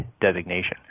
designation